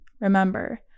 Remember